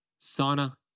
sauna